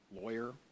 lawyer